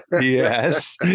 Yes